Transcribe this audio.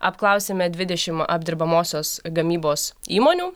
apklausėme dvidešimt apdirbamosios gamybos įmonių